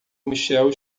michel